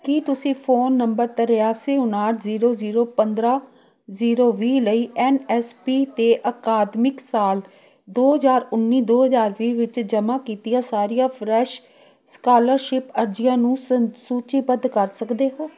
ਕੀ ਤੁਸੀਂ phone number ਤਿਰਾਸੀ ਉਨਾਹਠ ਜ਼ੀਰੋ ਜ਼ੀਰੋ ਪੰਦਰਾਂ ਜ਼ੀਰੋ ਵੀਹ ਲਈ ਐਨ ਐਸ ਪੀ 'ਤੇ ਅਕਾਦਮਿਕ ਸਾਲ ਦੋ ਹਜ਼ਾਰ ਉੱਨੀ ਦੋ ਹਜ਼ਾਰ ਵੀਹ ਵਿੱਚ ਜਮ੍ਹਾਂ ਕੀਤੀਆਂ ਸਾਰੀਆਂ ਫਰੈਸ਼ ਸਕਾਲਰਸ਼ਿਪ ਅਰਜ਼ੀਆਂ ਨੂੰ ਸੁਨ ਸੂਚੀਬੱਧ ਕਰ ਸਕਦੇ ਹੋ